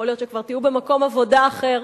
יכול להיות שכבר תהיו במקום עבודה אחר,